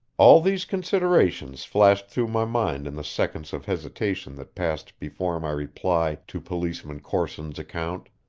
all these considerations flashed through my mind in the seconds of hesitation that passed before my reply to policeman corson's account.